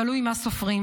תלוי מה סופרים.